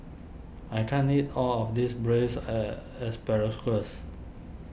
I can't eat all of this Braised a Asparagus